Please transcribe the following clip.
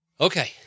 Okay